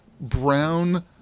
brown